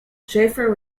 shafer